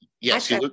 Yes